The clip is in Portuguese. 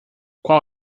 qual